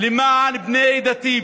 למען בני דתי,